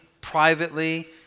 privately